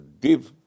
deep